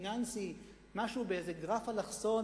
פיננסי באיזה גרף אלכסון,